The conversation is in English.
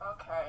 Okay